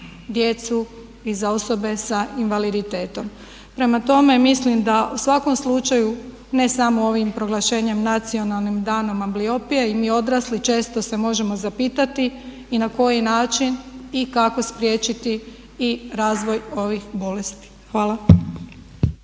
djecu i za osobe sa invaliditetom. Prema tome, mislim da u svakom slučaju ne samo ovim proglašenjem Nacionalnim danom ambliopije i mi odrasli često se možemo zapitati i na koji način i kako spriječiti i razvoj ovih bolesti. Hvala.